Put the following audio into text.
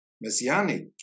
messianic